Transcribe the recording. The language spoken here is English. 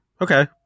Okay